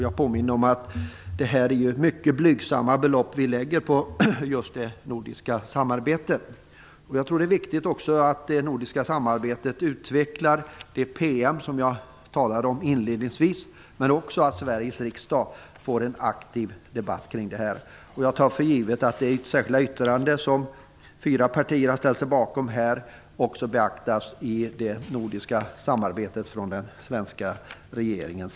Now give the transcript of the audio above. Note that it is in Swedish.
Jag påminner om att det är mycket blygsamma belopp vi lägger på det nordiska samarbetet. Jag tror också att det är viktigt att i det nordiska samarbetet utveckla det PM som jag talade om inledningsvis, men också att Sveriges riksdag får en aktiv debatt kring det här. Jag tar för givet att det särskilda yttrande som fyra partier har ställt sig bakom också beaktas av den svenska regeringen i det nordiska samarbetet.